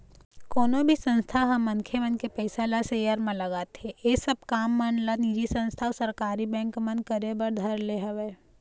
कोनो भी संस्था ह मनखे मन के पइसा ल सेयर म लगाथे ऐ सब काम मन ला निजी संस्था अऊ सरकारी बेंक मन करे बर धर ले हवय